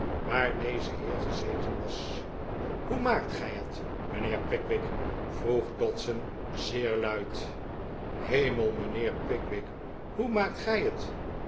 waar deze heer gezeteh was hoe maakt gij het mijnheer pickwick vroeg dodson zeer luid hemel mijnheer pickwick hoe maakt gij het